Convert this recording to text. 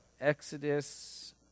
Exodus